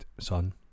Son